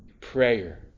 Prayer